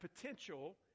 potential